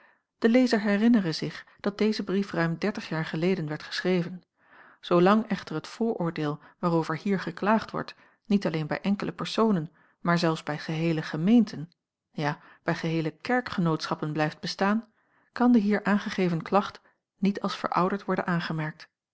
de lezer herinnere zich dat deze brief ruim dertig jaar geleden werd geschreven zoolang echter het vooroordeel waarover hier geklaagd wordt niet alleen bij enkele personen maar zelfs bij geheele gemeenten ja bij geheele kerkgenootschappen blijft bestaan kan de hier aangegeven klacht niet als verouderd worden aangemerkt